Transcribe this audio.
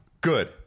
Good